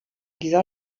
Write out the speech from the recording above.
dieser